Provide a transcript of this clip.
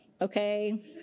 okay